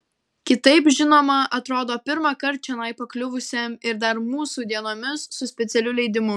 kitaip žinoma atrodo pirmąkart čionai pakliuvusiam ir dar mūsų dienomis su specialiu leidimu